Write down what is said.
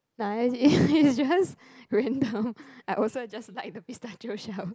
uh it it's just random I also just like the pistachio shell